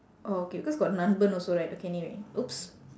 oh okay because got nanban also right okay anyway !oops!